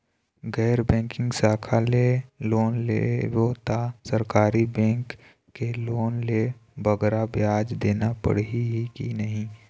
गैर बैंकिंग शाखा ले लोन लेबो ता सरकारी बैंक के लोन ले बगरा ब्याज देना पड़ही ही कि नहीं?